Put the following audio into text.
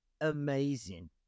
amazing